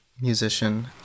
musician